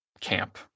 camp